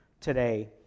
today